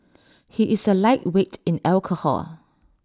he is A lightweight in alcohol